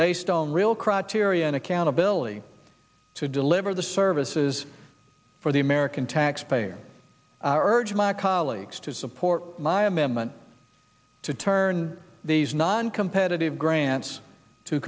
based on real crotch area and accountability to deliver the services for the american taxpayer urge my colleagues to support my amendment to turn these noncompetitive grants to